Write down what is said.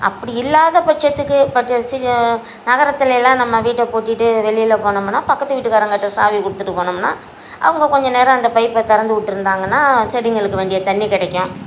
அப்படி இல்லாத பட்சத்துக்கு பட்ச சில நகரத்திலெலாம் நம்ம வீட்டை பூட்டிவிட்டு வெளியில் போனோம்னால் பக்கத்து வீட்டுக்காரங்ககிட்ட சாவியை கொடுத்துட்டு போனோம்னால் அவங்க கொஞ்ச நேரம் அந்த பைப்பை திறந்து விட்டுயிருந்தாங்கன்னா செடிகளுக்கு வேண்டிய தண்ணி கிடைக்கும்